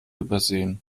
übersehen